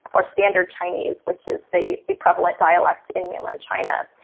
or standard chinese, which is the the prevalent dialect in mainland china.